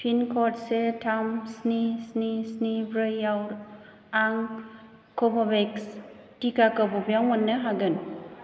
पिनक'ड से थाम स्नि स्नि स्नि ब्रैआव आं कव'भेक्स टिकाखौ बबेयाव मोन्नो हागोन